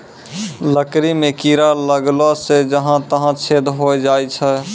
लकड़ी म कीड़ा लगला सें जहां तहां छेद होय जाय छै